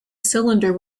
cylinder